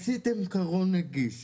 אם כבר עשיתם קרון נגיש